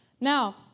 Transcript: Now